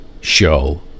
show